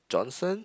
Johnson